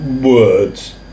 words